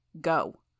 Go